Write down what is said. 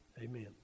amen